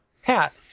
hat